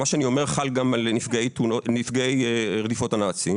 מה שאני אומר חל גם על נפגעי רדיפות הנאצים